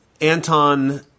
Anton –